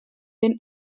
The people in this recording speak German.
den